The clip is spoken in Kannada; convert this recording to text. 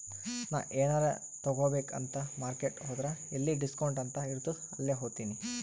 ನಾ ಎನಾರೇ ತಗೋಬೇಕ್ ಅಂತ್ ಮಾರ್ಕೆಟ್ ಹೋದ್ರ ಎಲ್ಲಿ ಡಿಸ್ಕೌಂಟ್ ಅಂತ್ ಇರ್ತುದ್ ಅಲ್ಲೇ ಹೋತಿನಿ